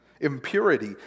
Impurity